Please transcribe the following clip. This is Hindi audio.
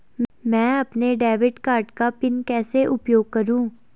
मैं अपने डेबिट कार्ड का पिन कैसे उपयोग करूँ?